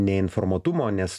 neinformuotumo nes